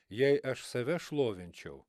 jei aš save šlovinčiau